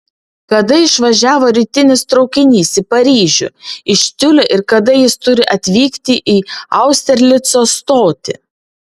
kada išvažiavo rytinis traukinys į paryžių iš tiulio ir kada jis turi atvykti į austerlico stotį